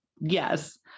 yes